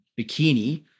bikini